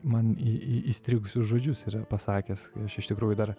man į į įstrigusius žodžius yra pasakęs aš iš tikrųjų dar